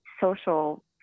social